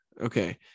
Okay